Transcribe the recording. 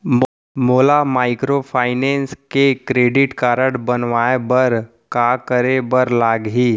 मोला माइक्रोफाइनेंस के credit card बनवाए बर का करे बर लागही?